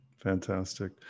Fantastic